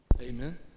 Amen